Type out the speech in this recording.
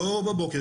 לא בבוקר,